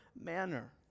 manner